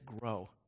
grow